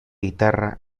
guitarra